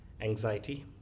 anxiety